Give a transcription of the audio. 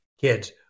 kids